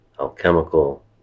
alchemical